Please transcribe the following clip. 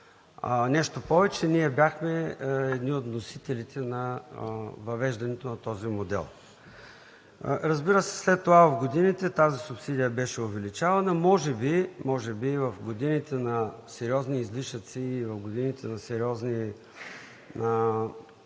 Нещо повече, ние бяхме едни от вносителите на въвеждането на този модел. Разбира се, след това в годините тази субсидия беше увеличавана. Може би и в годините на сериозни излишъци, и в годините на сериозен